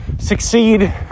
Succeed